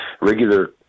regular